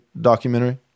documentary